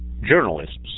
Journalists